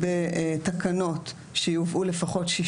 בתקנות שיובאו לפחות 60